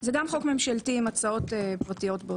זה גם חוק ממשלתי עם הצעות פרטיות באותו נושא.